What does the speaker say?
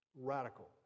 Radical